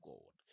God